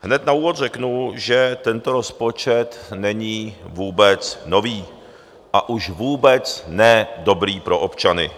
Hned na úvod řeknu, že tento rozpočet není vůbec nový, a už vůbec ne dobrý pro občany.